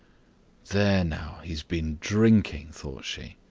there now, he has been drinking, thought she.